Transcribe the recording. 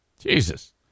Jesus